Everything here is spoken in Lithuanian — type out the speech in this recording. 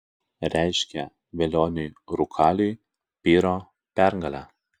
reiškia velioniui rūkaliui pyro pergalę